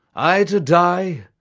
i to die,